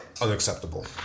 unacceptable